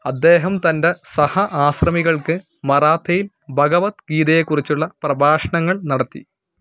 അദ്ദേഹം തൻ്റെ സഹ ആശ്രമികൾക്ക് മറാത്തയിൽ ഭഗവദ് ഗീതയെക്കുറിച്ചുള്ള പ്രഭാഷണങ്ങൾ നടത്തി